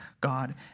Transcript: God